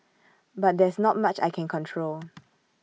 but there's not much I can control